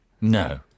No